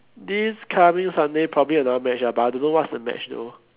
this coming Sunday probably another match ah but I don't know what's the match though